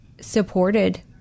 supported